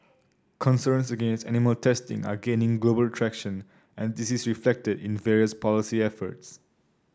concerns against animal testing are gaining global traction and this is reflected in various policy efforts